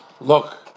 look